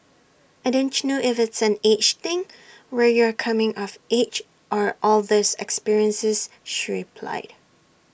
I don't know if it's an age thing where you're coming of age or all these experiences she replied